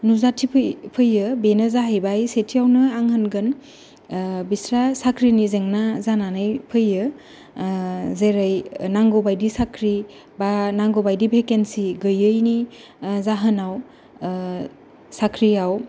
नुजाथिफैफैयो बेनो जाहैबाय सेथिआवनो आं होनगोन बिस्रा साख्रिनि जेंना जानानै फैयो जेरै नांगौबादि साख्रि बा नांगौबादि भेकेन्सि गैयैनि जाहोनाव साख्रिआव